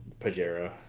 Pajero